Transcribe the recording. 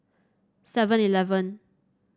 Seven Eleven